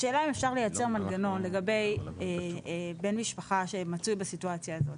השאלה אם אפשר לייצר מנגנון לגבי בן משפחה שמצוי בסיטואציה הזאת?